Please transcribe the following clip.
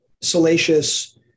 salacious